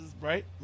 right